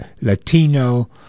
Latino